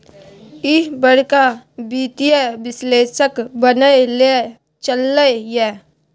ईह बड़का वित्तीय विश्लेषक बनय लए चललै ये